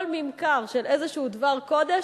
כל ממכר של איזה דבר קודש,